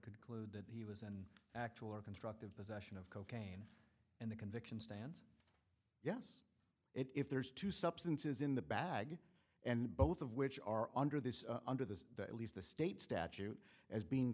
conclude that he was in actual or constructive possession of cocaine and the conviction stands yes if there's two substances in the bag and both of which are under this under the at least the state statute as being